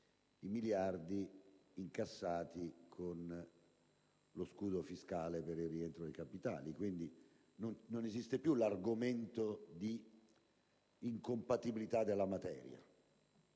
i miliardi incassati con lo scudo fiscale per il rientro dei capitali: quindi, non esiste più l'argomento di incompatibilità della materia;